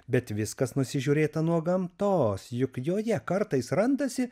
bet viskas nusižiūrėta nuo gamtos juk joje kartais randasi